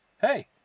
hey